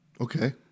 Okay